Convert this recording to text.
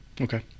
Okay